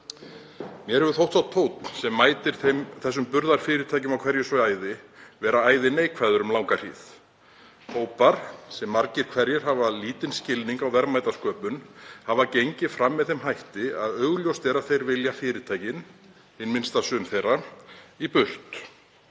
Mér hefur þótt sá tónn sem mætir þessum burðarfyrirtækjum á hverju svæði vera æði neikvæður um langa hríð. Hópar sem margir hverjir hafa lítinn skilning á verðmætasköpun hafa gengið fram með þeim hætti að augljóst er að þeir vilja fyrirtækin, hið minnsta sum þeirra, í burt.